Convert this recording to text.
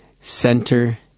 Center